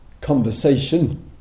conversation